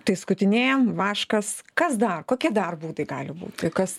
tai skutinėjam vaškas kas dar kokie dar būdai gali būt tai kas